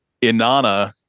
Inanna